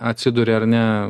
atsiduria ar ne